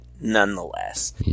nonetheless